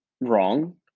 wrong